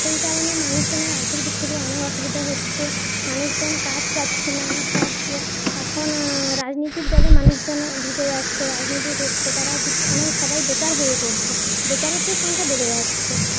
সেই কারণে মানুষজনের আর্থিক দিক থেকে অনেক অসুবিধা হচ্ছে মানুষজন কাজ পাচ্ছে না সব এখন রাজনীতির দলে মানুষজন ঢুকে যাচ্ছে রাজনীতি করছে তারা কিছু অনেক সবাই বেকার হয়ে পড়ছে বেকারত্বের সংখ্যা বেড়ে যাচ্ছে